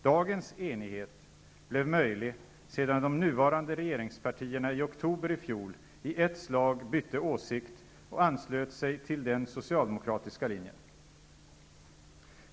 Dagens enighet blev möjlig sedan de nuvarande regeringspartierna i oktober i fjol i ett slag bytte åsikt och anslöt sig till den socialdemokratiska linjen.